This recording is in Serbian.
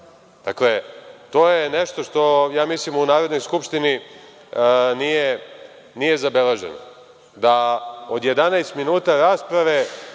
to je nešto što, ja mislim, u Narodnoj skupštini nije zabeleženo, da od 11 minuta rasprave